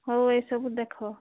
ହଉ ଏସବୁ ଦେଖ